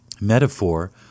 metaphor